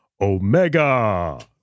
Omega